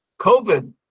COVID